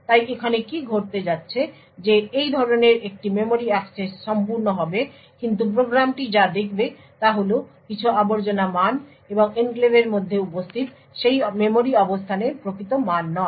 তাই এখানে কি ঘটতে যাচ্ছে যে এই ধরনের একটি মেমরি অ্যাক্সেস সম্পূর্ণ হবে কিন্তু প্রোগ্রামটি যা দেখবে তা হল কিছু আবর্জনা মান এবং এনক্লেভের মধ্যে উপস্থিত সেই মেমরি অবস্থানের প্রকৃত মান নয়